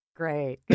Great